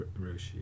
Roshi